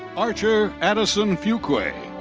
archer addison fuqua.